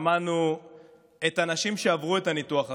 שמענו את הנשים שעברו את הניתוח הזה,